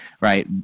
Right